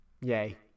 Yay